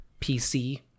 pc